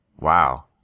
Wow